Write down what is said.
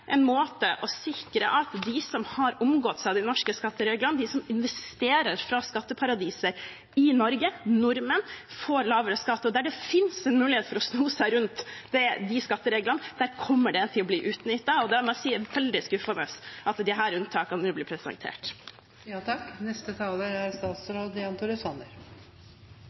en måte å sikre at de som har omgått de norske skattereglene, de som investerer fra skatteparadiser i Norge, nordmenn, får lavere skatt. Der det finnes en mulighet for å sno seg rundt de skattereglene, der kommer det til å bli utnyttet, og jeg må si det er veldig skuffende at disse unntakene nå blir presentert. Jeg vil ta sterkt avstand fra antydninger om at disse justeringene er